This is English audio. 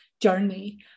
journey